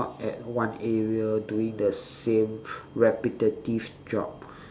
not at one area doing the same repetitive job